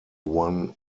one